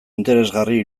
interesgarria